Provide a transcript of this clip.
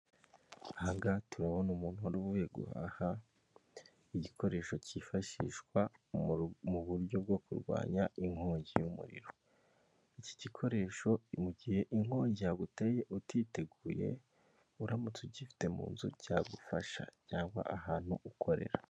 Ahangaha turabona umuntu wari uvuye guhaha igikioresho kifashishwa muburyo bwo kurwanya inkongi y'umuriro. Iki gikoresho mugihe inkongi yaguteye utiteguye uramutse ugifite munzu cyagufasha cyangwa ahantu ukorera.